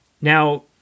Now